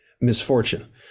misfortune